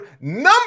number